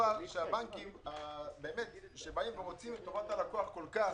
הבנקים שכל כך רוצים את טובת הלקוח,